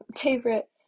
favorite